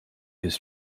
his